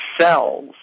cells